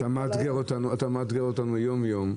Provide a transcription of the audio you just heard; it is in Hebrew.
אתה מאתגר אותנו יום יום.